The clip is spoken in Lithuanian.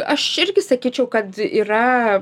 aš irgi sakyčiau kad yra